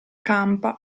campa